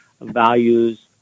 values